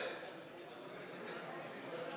40 מתנגדים,